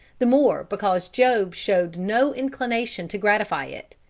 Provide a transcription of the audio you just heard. the more because job showed no inclination to gratify it.